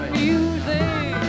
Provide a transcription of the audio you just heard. music